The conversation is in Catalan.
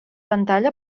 pantalla